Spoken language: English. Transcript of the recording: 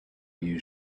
you